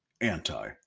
anti